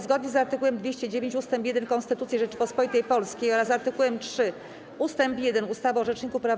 Zgodnie z art. 209 ust. 1 Konstytucji Rzeczypospolitej Polskiej oraz art. 3 ust. 1 ustawy o Rzeczniku Praw